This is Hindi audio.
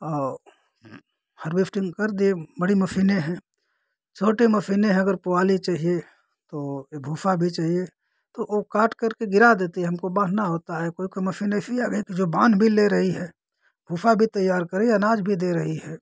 औ हार्वेस्टिंग कर दिए बड़ी मसीने हैं छोटी मसीने हैं अगर पोआली चहिए तो ये भूसा भी चाहिए तो वो काट कर के गिरा देती है हमको बाँधना होता है कोई कोई मसीने ऐसी आ गईं कि जो बान भी ले रही है भूसा भी तैयार करे अनाज भी दे रही है